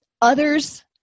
Others